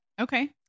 Okay